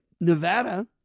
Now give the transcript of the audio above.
Nevada